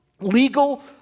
legal